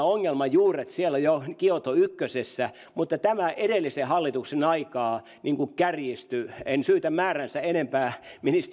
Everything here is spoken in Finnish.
ongelman juuret ovat jo siellä kioto yhdessä mutta tämä edellisen hallituksen aikana kärjistyi en syytä määräänsä enempää